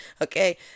okay